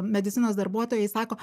medicinos darbuotojai sako